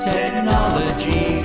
Technology